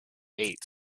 eight